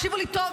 תקשיבו לי טוב.